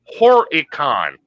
Horicon